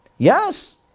Yes